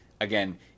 again